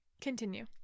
Continue